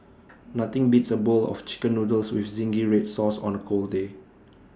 nothing beats A bowl of Chicken Noodles with Zingy Red Sauce on A cold day